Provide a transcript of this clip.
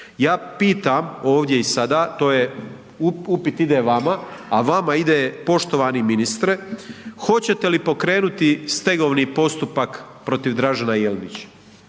Ja pitam ovdje i sada, to je upit ide vama, a vama ide poštovani ministre, hoćete li pokrenuti stegovni postupak protiv Dražena Jelenića?